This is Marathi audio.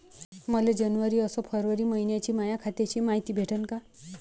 मले जनवरी अस फरवरी मइन्याची माया खात्याची मायती भेटन का?